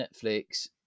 Netflix